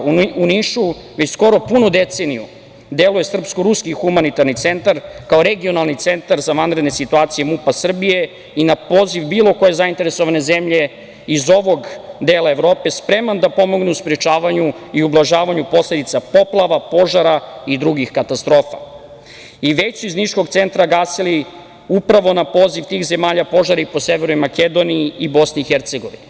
U Nišu, već skoro punu deceniju, deluju Srpsko-ruski humanitarni centar, kao regionalni centar za vanredne situacije MUP-a Srbije i na poziv bilo koje zainteresovane zemlje iz ovog dela Evropa spreman da pomogne u sprečavanju i ublažavanju posledica poplava, požara i drugih katastrofa i već su iz niškog centra gasili, upravo na poziv tih zemalja, požare po Severnoj Makedoniji i Bosni i Hercegovini.